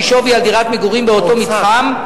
והיא שווי של דירת מגורים באותו מתחם,